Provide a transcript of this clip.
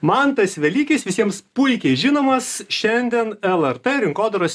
mantas velykis visiems puikiai žinomas šiandien lrt rinkodaros